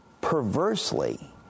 perversely